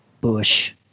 Bush